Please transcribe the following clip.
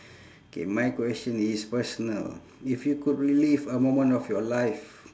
K my question is personal if you could relive a moment of your life